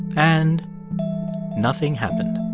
and nothing happened.